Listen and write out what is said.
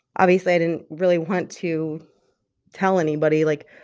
obviously, i didn't really want to tell anybody, like,